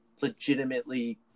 legitimately